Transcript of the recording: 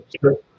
Sure